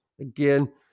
Again